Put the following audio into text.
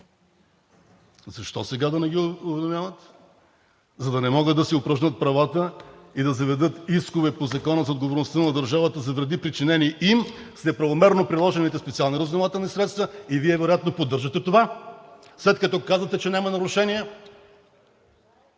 Защо сега да не ги уведомява? За да не могат да си упражнят правата и да заведат искове по Закона за отговорността на държавата за вреди, причинени им с неправомерно приложените специални разузнавателни средства. Вие вероятно поддържате това, след като казвате, че няма нарушение!